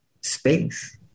space